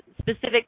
specific